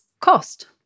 cost